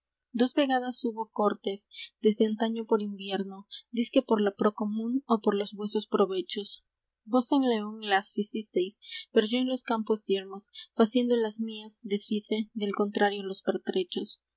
dos vegadas hubo cortes desde antaño por invierno diz que por la pró común ó por los vuesos provechos vos en león las ficisteis pero yo en los campos yermos faciendo las mías desfice del contrario los pertrechos